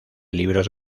libros